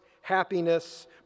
happiness